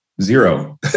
Zero